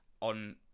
on